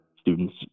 students